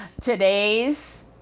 Today's